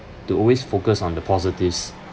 to always focus on the positives